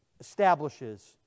establishes